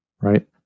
right